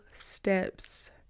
steps